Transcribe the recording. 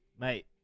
Mate